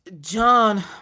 John